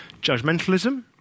judgmentalism